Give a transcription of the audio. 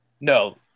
no